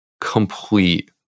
complete